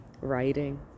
Writing